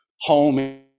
home